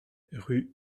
rue